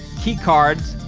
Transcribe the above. keycards,